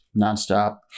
nonstop